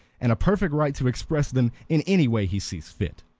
and a perfect right to express them in any way he sees fit,